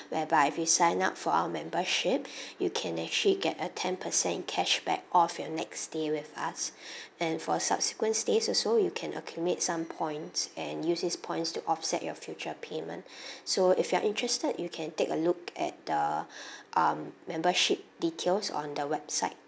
whereby if you sign up for our membership you can actually get a ten percent cashback off your next stay with us and for subsequent stays also you can accumulate some points and use these points to offset your future payment so if you are interested you can take a look at the um membership details on the website